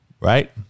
right